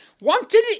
Wanted